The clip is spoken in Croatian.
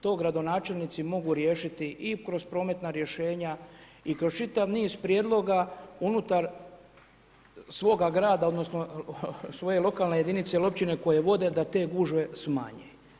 To gradonačelnici mogu riješiti i kroz prometna rješenja i kroz čitav niz prijedloga unutar svoga grada odnosno svoje lokalne jedinice ili općine koje vode da te gužve smanje.